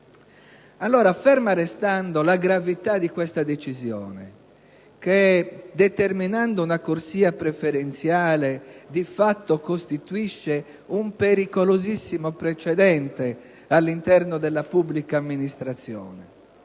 Allora, ferma restando la gravità di questa decisione, che determinando una corsia preferenziale di fatto costituisce un pericolosissimo precedente all'interno della pubblica amministrazione,